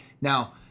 Now